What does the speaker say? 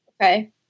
Okay